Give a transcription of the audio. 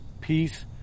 peace